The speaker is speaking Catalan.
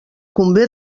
convé